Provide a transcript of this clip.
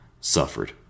suffered